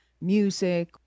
music